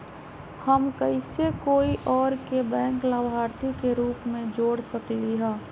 हम कैसे कोई और के बैंक लाभार्थी के रूप में जोर सकली ह?